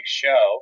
show